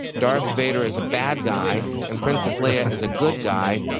darth vader is a bad guy and princess leia is a good guy,